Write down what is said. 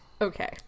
Okay